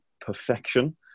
perfection